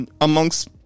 amongst